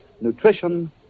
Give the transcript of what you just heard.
nutrition